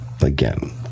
again